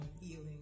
healing